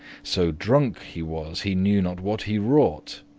so drunk he was he knew not what he wrought.